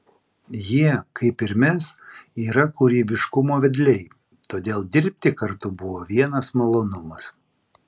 jie kaip ir mes yra kūrybiškumo vedliai todėl dirbti kartu buvo vienas malonumas